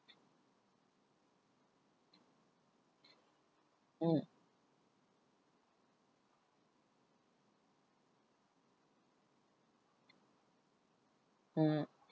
mm mm